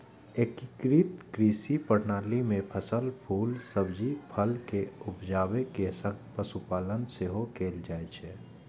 एकीकृत कृषि प्रणाली मे फसल, फूल, सब्जी, फल के उपजाबै के संग पशुपालन सेहो कैल जाइ छै